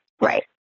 right